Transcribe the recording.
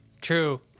true